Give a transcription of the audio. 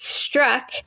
struck